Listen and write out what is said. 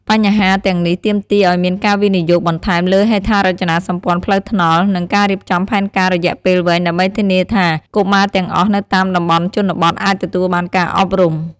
បញ្ហាទាំងនេះទាមទារឱ្យមានការវិនិយោគបន្ថែមលើហេដ្ឋារចនាសម្ព័ន្ធផ្លូវថ្នល់ និងការរៀបចំផែនការរយៈពេលវែងដើម្បីធានាថា កុមារទាំងអស់នៅតាមតំបន់ជនបទអាចទទួលបានការអប់រំ។